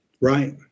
Right